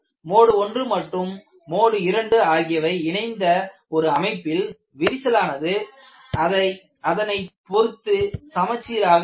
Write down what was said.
mode 1 மற்றும் mode 2 ஆகியவை இணைந்த ஒரு அமைப்பில் விரிசலானது அதனை பொருத்து சமச்சீராக இல்லை